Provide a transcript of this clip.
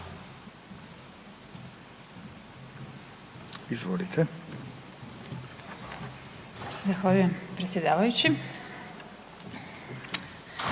(Centar)** Zahvaljujem predsjedavajući.